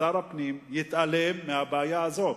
שר הפנים יתעלם מהבעיה הזאת.